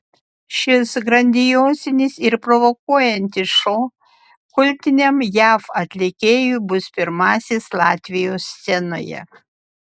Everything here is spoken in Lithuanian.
šis grandiozinis ir provokuojantis šou kultiniam jav atlikėjui bus pirmasis latvijos scenoje